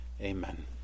Amen